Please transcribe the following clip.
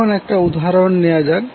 এখন একটা উদাহরন নেওয়া যাক